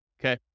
Okay